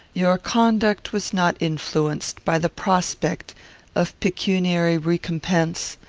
your conduct was not influenced by the prospect of pecuniary recompense,